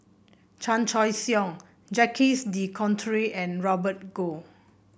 Chan Choy Siong Jacques De Coutre and Robert Goh